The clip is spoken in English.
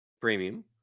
Premium